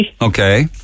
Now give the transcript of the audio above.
Okay